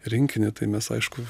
rinkinį tai mes aišku